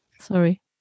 Sorry